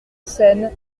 scène